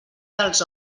dels